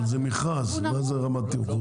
אבל זה מכרז, מה זה רמת תמחור?